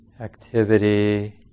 activity